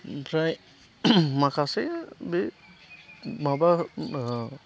ओमफ्राय माखासे बे माबा